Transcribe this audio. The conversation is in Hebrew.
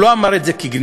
הוא לא אמר את זה כגנאי,